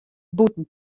bûten